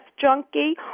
junkie